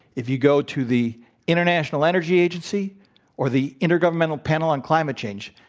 if you go to the international energy agency or the intergovernmental panel on climate change,